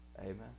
Amen